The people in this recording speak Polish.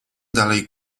dalej